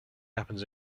happens